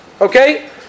Okay